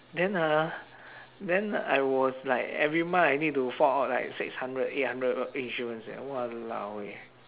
then ah then I was like every month I need to fork out like six hundred eight hundred of insurance leh !walao! eh